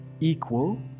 equal